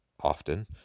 often